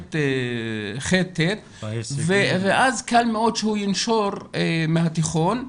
ח'-ט' ואז קל מאוד שהוא ינשור מהתיכון,